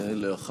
בבקשה,